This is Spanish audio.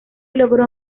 logró